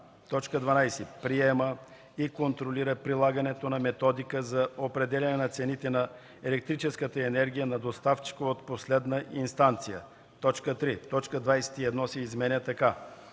така: „12. приема и контролира прилагането на методика за определяне на цените на електрическата енергия на доставчика от последна инстанция;”. 3. Точка 21 се изменя така: